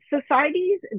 societies